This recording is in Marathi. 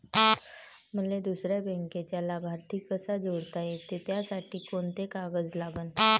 मले दुसऱ्या बँकेचा लाभार्थी कसा जोडता येते, त्यासाठी कोंते कागद लागन?